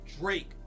Drake